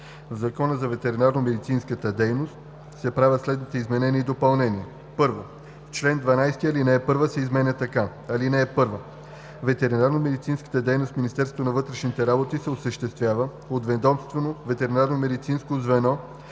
В Закона за ветеринарномедицинската дейност се правят следните изменения и допълнения: 1. В чл. 12 ал. 1 се изменя така: „(1) Ветеринарномедицинската дейност в Министерството на вътрешните работи се осъществява от ведомствено ветеринарномедицинско звено